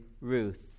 Ruth